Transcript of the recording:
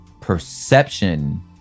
perception